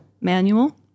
manual